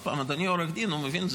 עוד פעם, אדוני עורך דין, הוא מבין.